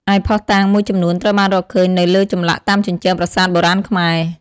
ឯភស្តុតាងមួយចំនួនត្រូវបានរកឃើញនៅលើចម្លាក់តាមជញ្ជាំងប្រាសាទបុរាណខ្មែរ ។